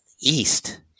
east